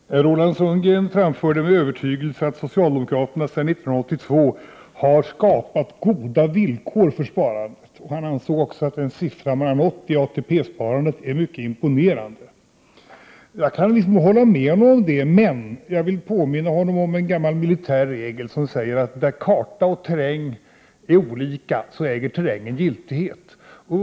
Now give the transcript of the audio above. Herr talman! Roland Sundgren framförde med övertygelse att socialdemokraterna sedan 1982 har skapat goda villkor för sparandet. Han ansåg också att den siffra man har nått i ATP-sparandet är mycket imponerande. Jag kani viss mån hålla med honom om det. Jag vill ändock påminna honom om en gammal militär regel som säger att när karta och terräng inte stämmer överens, äger terrängen giltighet.